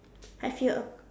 have you a